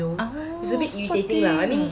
ah so cute